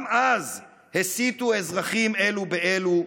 גם אז הסיתו אזרחים אלו באלו,